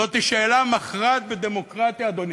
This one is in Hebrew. זו שאלה מכרעת בדמוקרטיה, אדוני.